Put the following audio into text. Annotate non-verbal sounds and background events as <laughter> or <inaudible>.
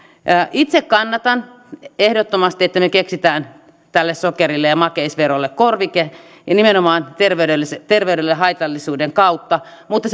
itse kannatan ehdottomasti että me keksimme sokerille ja makeisverolle korvikkeen ja nimenomaan terveydelle haitallisuuden kautta mutta <unintelligible>